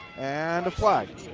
and a flag.